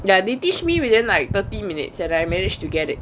ya they teach me within like thirty minutes and I managed to get it